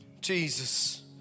Jesus